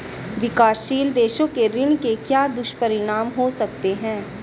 विकासशील देशों के ऋण के क्या दुष्परिणाम हो सकते हैं?